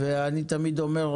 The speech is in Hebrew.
ואני תמיד אומר,